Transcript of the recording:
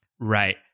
Right